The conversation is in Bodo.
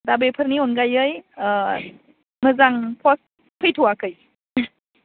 दा बेफोरनि अनगायै मोजां पस्ट फैथ'वाखै